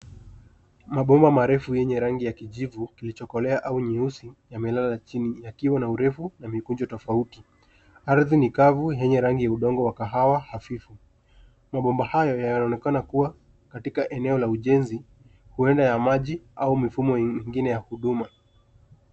Mabomba marefu yenye rangi ya kijivu ilichokolea au nyeusi yamelala chinii yakiwa na urefu na mikunjo tofauti. Ardhi ni kavu enye rangi ya udongo wa kahawa hafifu. Mabomba hayo yanaonekana kuwa katika eneo la ujenzi huenda ya maji au mifumo ingine ya huduma.